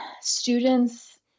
students